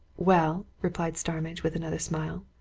well, replied starmidge, with another smile,